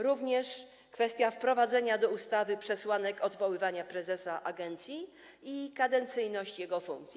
Również kwestia wprowadzenia do ustawy przesłanek odwoływania prezesa agencji i kadencyjność jego funkcji.